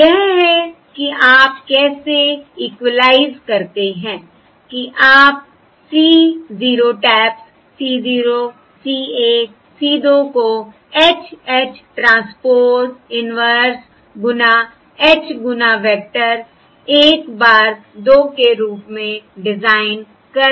तो यह है कि आप कैसे इक्वलाइज़ करते हैं कि आप C 0 taps C 0 C1 C 2 को H H ट्रांसपोज़ इन्वर्स गुना H गुना वेक्टर 1 bar 2 के रूप में डिजाइन कर रहे हैं